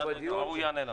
אוקיי, הוא יענה לנו.